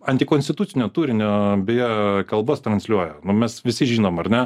antikonstitucinio turinio bei jo kalbos transliuoja nu mes visi žinom ar ne